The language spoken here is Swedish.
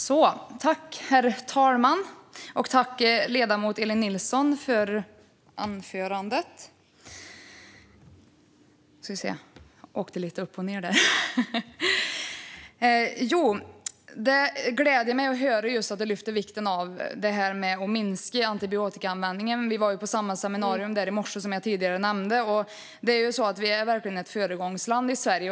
Herr talman! Tack, ledamoten Elin Nilsson, för anförandet! Det gläder mig att höra att du lyfter vikten av att minska antibiotikaanvändningen. Vi var ju på samma seminarium i morse, som jag nämnde tidigare. Sverige är verkligen ett föregångsland.